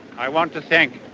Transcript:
i want to thank